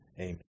Amen